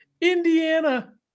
Indiana